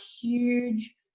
huge